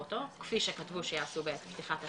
אותו כפי שכתבו שיעשו בעת פתיחת התיק,